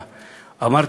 אמרתי,